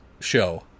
show